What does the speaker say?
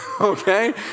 okay